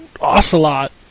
Ocelot